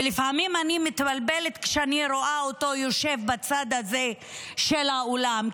ולפעמים אני מתבלבלת כשאני רואה אותו יושב בצד הזה של האולם,